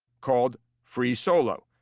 called free solo.